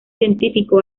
científico